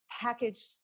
packaged